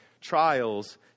trials